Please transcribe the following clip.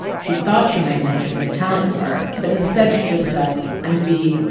she thought she might mention the italian part. but instead, she just said, i'm v.